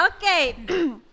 Okay